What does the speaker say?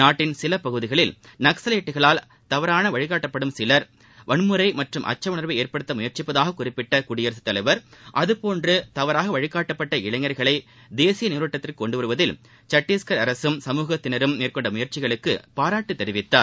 நாட்டின் சில பகுதிகளில் நக்கலைட்டுகளால் தவறாக வழிநடத்தப்படும் சிவர் வன்முறை மற்றும் அச்ச உணர்வை ஏற்படுத்த முயற்சிப்பதாக குறிப்பிட்ட குடியரசு தலைவர் அதுபோன்று தவறாக வழிகாட்டப்பட்ட இளைஞர்களை தேசிய நீரோட்டத்திற்குக் கொண்டு வருவதில் சத்தீஸ்கர் அரசும் சமூகத்தினரும் மேற்கொண்ட முயற்சிகளுக்கு பாராட்டு தெரிவித்தார்